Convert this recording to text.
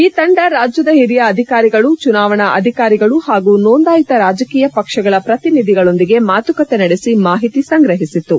ಈ ತಂಡ ರಾಜ್ಲದ ಹಿರಿಯ ಅಧಿಕಾರಿಗಳು ಚುನಾವಣಾ ಅಧಿಕಾರಿಗಳು ಹಾಗೂ ನೋಂದಾಯಿತ ರಾಜಕೀಯ ಪಕ್ಷಗಳ ಪ್ರತಿನಿಧಿಗಳೊಂದಿಗೆ ಮಾತುಕತೆ ನಡೆಸಿ ಮಾಹಿತಿ ಸಂಗ್ರಹಿಸಿತು